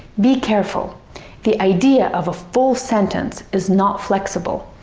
be careful the idea of a full sentence is not flexible,